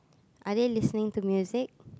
are they listening to music